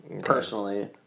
personally